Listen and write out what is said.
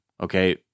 Okay